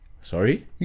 Sorry